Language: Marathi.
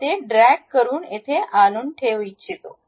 मी ते ड्रॅग करुन येथे आणून ठेवू इच्छितो